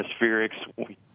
atmospherics